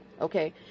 Okay